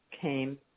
came